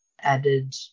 added